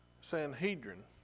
Sanhedrin